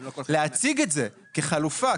להציג את זה כחלופה,